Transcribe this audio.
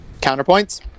Counterpoints